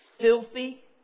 filthy